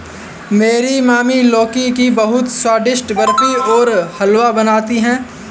मेरी मम्मी लौकी की बहुत ही स्वादिष्ट बर्फी और हलवा बनाती है